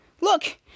look